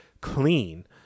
clean